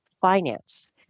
finance